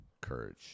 courage